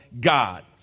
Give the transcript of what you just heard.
God